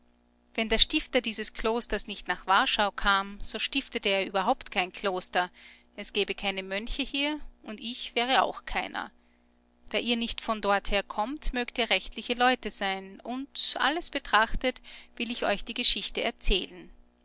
wenn der stifter dieses klosters nicht nach warschau kam so stiftete er überhaupt kein kloster es gäbe keine mönche hier und ich wäre auch keiner da ihr nicht von dorther kommt mögt ihr rechtliche leute sein und alles betrachtet will ich euch die geschichte erzählen